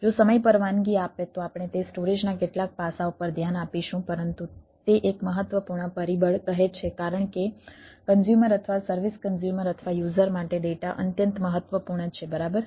જો સમય પરવાનગી આપે તો આપણે તે સ્ટોરેજના કેટલાક પાસાઓ પર ધ્યાન આપીશું પરંતુ તે એક મહત્વપૂર્ણ પરિબળ કહે છે કારણ કે કન્ઝ્યુમર અથવા સર્વિસ કન્ઝ્યુમર અથવા યુઝર માટે ડેટા અત્યંત મહત્વપૂર્ણ છે બરાબર